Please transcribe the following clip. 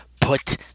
Put